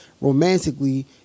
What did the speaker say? Romantically